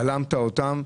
בלמת אותם,